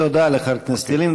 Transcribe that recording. תודה לחבר הכנסת ילין.